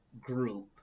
group